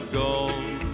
gone